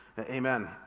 amen